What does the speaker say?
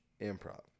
improv